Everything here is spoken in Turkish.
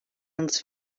yanıt